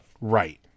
Right